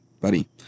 buddy